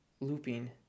looping